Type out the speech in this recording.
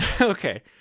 Okay